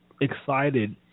excited